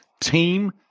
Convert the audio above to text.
team